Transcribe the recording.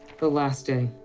the last day.